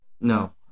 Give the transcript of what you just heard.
No